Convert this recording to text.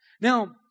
now